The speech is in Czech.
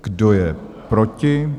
Kdo je proti?